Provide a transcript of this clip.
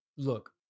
Look